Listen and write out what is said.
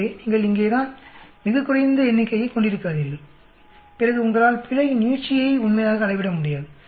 எனவே நீங்கள் இங்கே மிகக் குறைந்த எண்ணிக்கையை கொண்டிருக்காதீர்கள் பிறகு உங்களால் பிழையின் நீட்சியை உண்மையாக அளவிட முடியாது